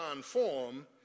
form